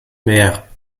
mer